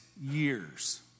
years